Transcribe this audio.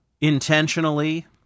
intentionally